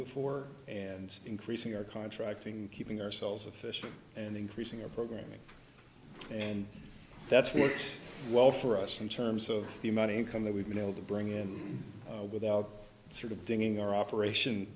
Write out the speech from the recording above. before and increasing our contracting and keeping ourselves efficient and increasing our programming and that's worked well for us in terms of the money income that we've been able to bring in without sort of digging our operation